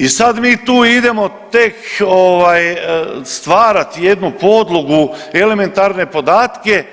I sad mi tu idemo tek stvarati jednu podlogu, elementarne podatke